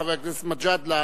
חבר הכנסת מג'אדלה,